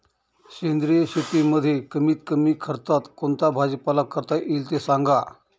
सेंद्रिय शेतीमध्ये कमीत कमी खर्चात कोणता भाजीपाला करता येईल ते सांगा